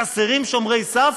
חסרים שומרי סף?